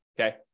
okay